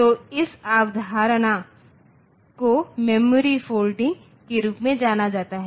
तो इस अवधारणा को मेमोरी फोल्डिंग के रूप में जाना जाता है